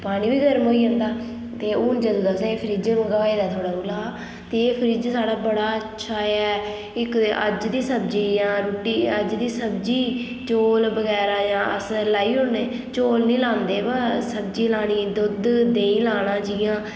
पानी बी गर्म होई जंदा ते हून जदूं दा असें फ्रिज मंगवाई दा थुआढ़े कोला ऐ ते एह् फ्रिज साढ़ा बड़ा अच्छा ऐ इक ते अज्ज दी सब्जी जियां अज्ज दी सब्जी चौल बगैरा अस जां लाई उड़ने चौल नेईं लांदे पर सब्जी लानी दुद्ध देहीं लाना जियां